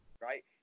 right